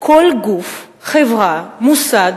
כל גוף, חברה, מוסד